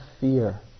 fear